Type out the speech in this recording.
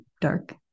dark